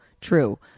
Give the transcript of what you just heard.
true